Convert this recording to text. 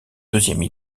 deuxième